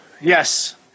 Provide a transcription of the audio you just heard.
Yes